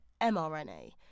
mRNA